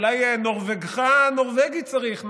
אולי נורבגך נורבגי צריך,